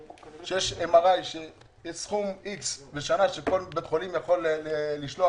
יש סכום מסוים בשנה, שכל בית חולים יכול לתקצב